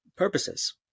Purposes